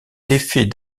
l’effet